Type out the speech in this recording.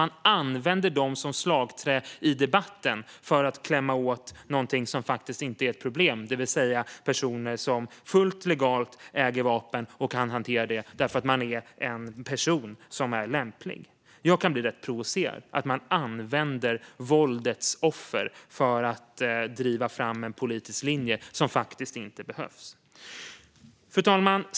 Man använder dem för att klämma åt något som faktiskt inte är ett problem, det vill säga personer som fullt legalt äger vapen och kan hantera dem eftersom de är lämpliga. Jag kan bli provocerad av att man använder våldets offer för att driva fram en politisk linje som inte behövs. Fru talman!